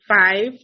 five